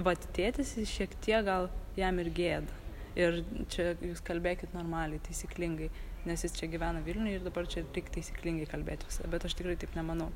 vat tėtis jis šiek tiek gal jam ir gėda ir čia jūs kalbėkit normaliai taisyklingai nes jis čia gyvena vilniuj ir dabar čia reik taisyklingai kalbėt visada bet iš tikrųjų taip nemanau